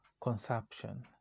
consumption